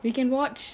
you can watch